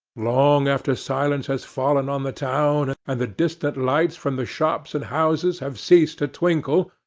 long after silence has fallen on the town, and the distant lights from the shops and houses have ceased to twinkle,